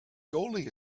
goalie